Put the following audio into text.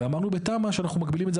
ואמרנו בתמ"א שאנחנו מגבילים את זה,